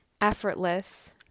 effortless